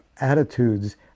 attitudes